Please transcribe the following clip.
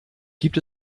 gibt